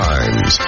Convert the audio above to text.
Times